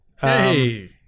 Hey